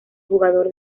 jugador